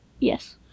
Yes